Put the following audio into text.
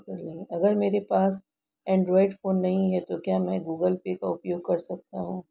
अगर मेरे पास एंड्रॉइड फोन नहीं है तो क्या मैं गूगल पे का उपयोग कर सकता हूं?